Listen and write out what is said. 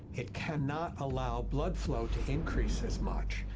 it cannot allow blood flow to increase as much.